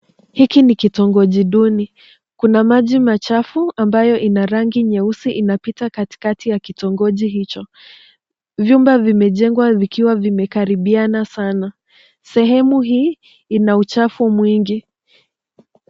Hiki ni kitongoji duni. Kuna maji machafu ambayo ina rangi nyeusi inapita katikati ya kitongoji hicho. Vyumba vimejengwa vikiwa vimekaribiana sana. Sehemu hii ina uchafu mwingi.